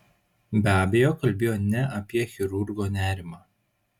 be abejo kalbėjo ne apie chirurgo nerimą